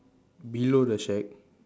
below the shack